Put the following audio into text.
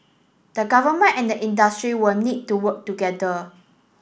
the Government and the industry will need to work together